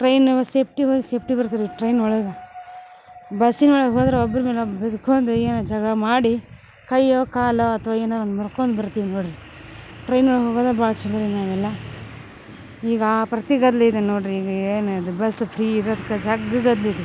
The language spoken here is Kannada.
ಟ್ರೈನು ಸೇಫ್ಟಿ ಹೋಗಿ ಸೇಫ್ಟಿ ಬರ್ತವ್ರೀ ಟ್ರೈನೊಳಗ ಬಸ್ಸಿನೊಳಗ ಹೋದ್ರ ಒಬ್ರ ಮೇಲ ಒಬ್ರ ಬಿದ್ಕೊಂದ ಏನೋ ಜಗಳ ಮಾಡಿ ಕೈಯೋ ಕಾಲೋ ಅಥ್ವಾ ಏನೋ ಒಂದು ಮುರ್ಕೊಂದು ಬರ್ತೀವಿ ನೋಡ್ರಿ ಟ್ರೈನೊಳಗ ಹೋಗದ ಭಾಳ ಛಲೋ ಅವೆಲ್ಲ ಈಗ ಪ್ರತಿ ಗದ್ಲ ಇದೆ ನೋಡ್ರಿ ಈಗ ಏನದ ಬಸ್ ಫ್ರೀ ಇರದ್ಕ ಜಗ ಗದ್ಲ ಇದೆ